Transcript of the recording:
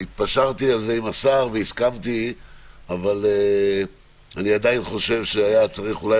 התפשרתי על זה עם השר והסכמתי אבל אני עדיין חושב שהיה צריך אולי